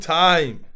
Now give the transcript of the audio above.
time